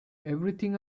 everything